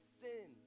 sin